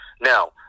Now